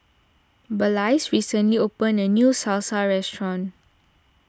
Blaise recently opened a new Salsa restaurant